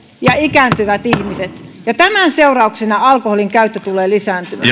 ja ikääntyvät ihmiset ja tämän seurauksena alkoholin käyttö tulee lisääntymään